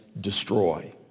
destroy